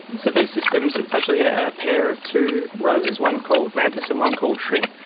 so these systems, it's actually a pair of two rovers, one called mantis and one called shrimp.